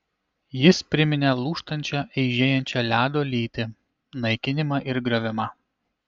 jis priminė lūžtančią eižėjančią ledo lytį naikinimą ir griovimą